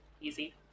easy